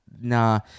nah